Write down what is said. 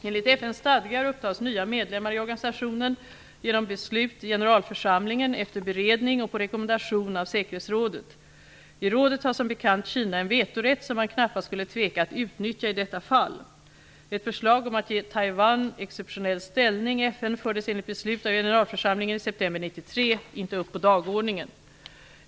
Enligt FN:s stadgar upptas nya medlemmar i organisationen genom beslut i generalförsamlingen efter beredning och på rekommendation av säkerhetsrådet. I rådet har som bekant Kina en vetorätt som man knappast skulle tveka att utnyttja i detta fall. Ett förslag om att ge Taiwan ''exceptionell ställning'' i FN fördes enligt beslut av generalförsamlingen i september 1993 inte upp på dagordningen.